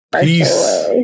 Peace